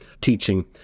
teaching